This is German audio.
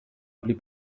blieb